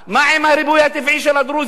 אבל מה עם הריבוי של הדרוזים?